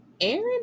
aaron